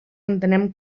entenem